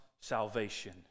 salvation